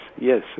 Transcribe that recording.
yes